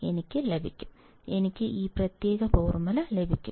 എനിക്ക് ഈ പ്രത്യേക ഫോർമുല ലഭിക്കും